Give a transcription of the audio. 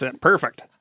perfect